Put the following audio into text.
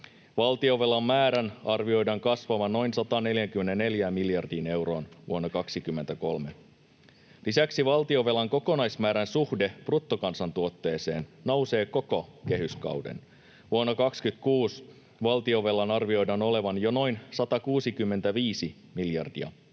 Valtionvelan määrän arvioidaan kasvavan noin 144 miljardiin euroon vuonna 23. Lisäksi valtionvelan kokonaismäärän suhde bruttokansantuotteeseen nousee koko kehyskauden. Vuonna 26 valtionvelan arvioidaan olevan jo noin 165 miljardia